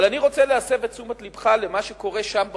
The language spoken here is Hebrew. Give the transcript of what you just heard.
אבל אני רוצה להסב את תשומת לבך למה שקורה שם בחוץ,